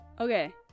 okay